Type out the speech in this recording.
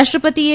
રાષ્ટ્રપતિએ